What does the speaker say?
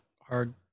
Hard